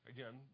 Again